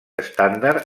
estàndard